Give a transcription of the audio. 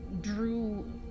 drew